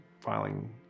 filing